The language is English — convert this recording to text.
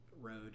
road